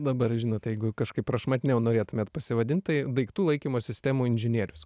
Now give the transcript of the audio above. dabar žinot jeigu kažkaip prašmatniau norėtumėt pasivadint tai daiktų laikymo sistemų inžinierius